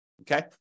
okay